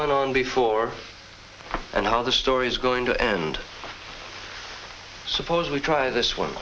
went on before and how the story is going to end suppose we try this one